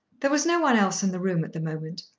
there was no one else in the room at the moment,